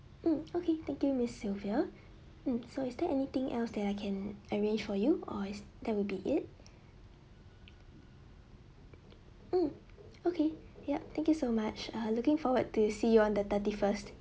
hmm okay thank you miss sylvia hmm so is there anything else that I can arrange for you or it's that will be it hmm okay yup thank you so much uh looking forward to see you on the thirty first